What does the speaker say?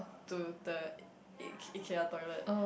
to the i~ Ikea toilet